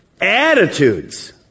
attitudes